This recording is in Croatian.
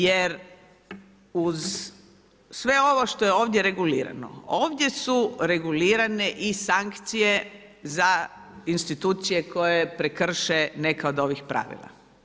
Jer uz sve ovo što je ovdje regulirano, ovdje su regulirane i sankcije za institucije koje prekrše neka od ovih pravila.